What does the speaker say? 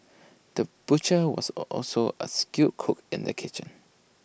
the butcher was also A skilled cook in the kitchen